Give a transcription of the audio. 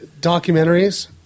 documentaries